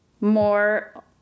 more